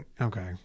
Okay